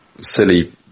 silly